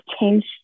change